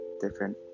different